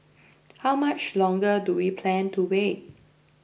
how much longer do we plan to wait